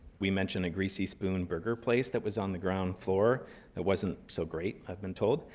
we mention a greasy spoon burger place that was on the ground floor that wasn't so great, i've been told.